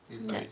like